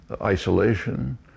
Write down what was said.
isolation